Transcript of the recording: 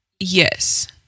Yes